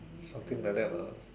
something like that lah